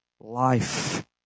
life